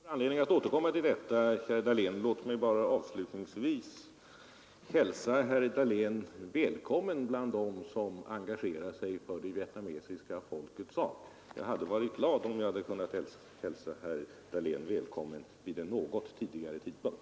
Herr talman! Vi får anledning att återkomma till detta, herr Dahlén. 8 Låt mig bara avslutningsvis hälsa herr Dahlén välkommen bland dem som engagerar sig för det vietnamesiska folkets sak. Jag hade varit glad om jag hade kunnat hälsa herr Dahlén välkommen vid en något tidigare tidpunkt.